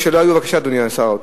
בבקשה, אדוני שר האוצר.